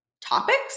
topics